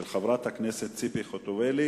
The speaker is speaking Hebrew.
של חברת הכנסת ציפי חוטובלי.